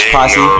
Posse